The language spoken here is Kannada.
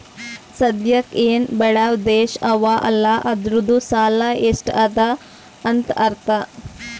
ಸದ್ಯಾಕ್ ಎನ್ ಬೇಳ್ಯವ್ ದೇಶ್ ಅವಾ ಅಲ್ಲ ಅದೂರ್ದು ಸಾಲಾ ಎಷ್ಟ ಅದಾ ಅಂತ್ ಅರ್ಥಾ